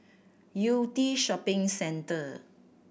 Yew Tee Shopping Centre